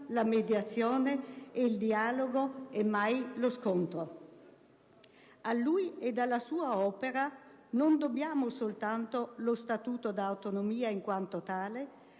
la mediazione e il dialogo e mai lo scontro. A lui e alla sua opera non dobbiamo soltanto lo Statuto d'autonomia in quanto tale,